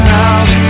out